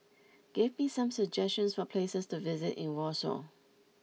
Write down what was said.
give me some suggestions for places to visit in Warsaw